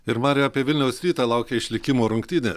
ir mare apie vilniaus rytą laukia išlikimo rungtynė